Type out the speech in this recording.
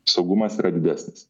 saugumas yra didesnis